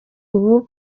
ubu